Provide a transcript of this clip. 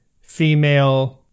female